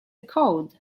code